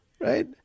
right